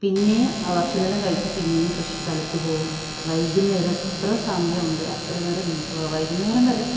പിന്നെ ഭക്ഷണെല്ലാം കഴിച്ച് പിന്നേം കൃഷി സ്ഥലത്ത് പോവും വൈകുന്നേരം എത്ര സമയവുണ്ട് അത്രേം നേരം വൈകുന്നേരം വരെ